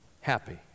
happy